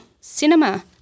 cinema